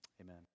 amen